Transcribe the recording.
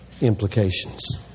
implications